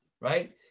right